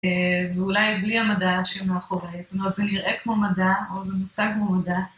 ואולי בלי המדע שמאחורי, זאת אומרת זה נראה כמו מדע או זה מוצג כמו מדע.